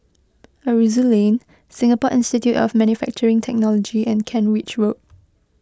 Aroozoo Lane Singapore Institute of Manufacturing Technology and Kent Ridge Road